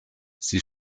sie